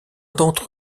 d’entre